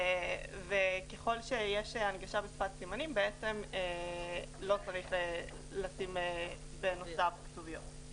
וככל שיש הנגשה בשפת הסימנים בעצם לא צריך לשים בנוסף כתוביות.